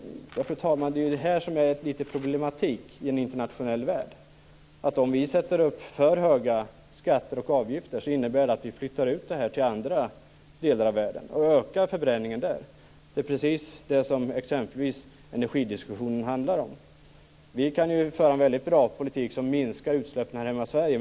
Ja, fru talman, det är ju det som blir litet problematiskt i en internationell värld. Om vi sätter upp för höga skatter och avgifter så innebär det att vi flyttar ut det här till andra delar av världen. Då ökar förbränningen där. Det är precis det som exempelvis energidiskussionen handlar om. Vi kan ju föra en väldigt bra politik som minskar utsläppen här hemma i Sverige.